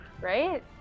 Right